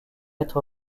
être